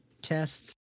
tests